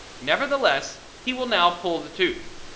nevertheless he will now pull the tooth.